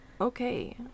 Okay